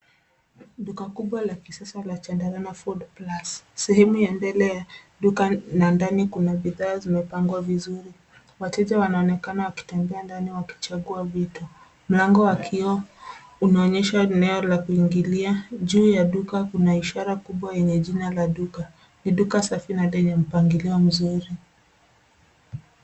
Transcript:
Duka kubwa la kisasa la Chandarana Foodplus . Sehemu ya mbele ya duka na ndani kuna bidhaa zimepangwa vizuri. Wateja wanaonekana wakitembea ndani wakichagua vitu. Mlango wa kioo unaonyesha eneo la kuingilia. Juu ya duka kuna ishara kubwa yenye jina la duka. Ni duka safi na lenye mpangilio mzuri.